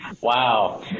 Wow